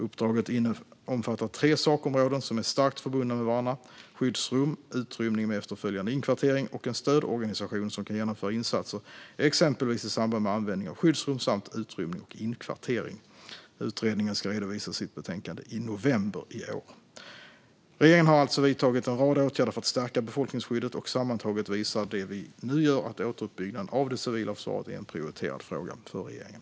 Uppdraget omfattar tre sakområden som är starkt förbundna med varandra: skyddsrum, utrymning med efterföljande inkvartering och en stödorganisation som kan genomföra insatser exempelvis i samband med användning av skyddsrum samt utrymning och inkvartering. Utredningen ska redovisa sitt betänkande i november i år. Regeringen har alltså vidtagit en rad åtgärder för att stärka befolkningsskyddet, och sammantaget visar det vi nu gör att återuppbyggnaden av det civila försvaret är en prioriterad fråga för regeringen.